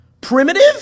Primitive